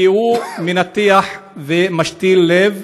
כי הוא מנתח ומשתיל לב.